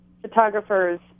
photographers